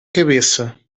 cabeça